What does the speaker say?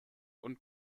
und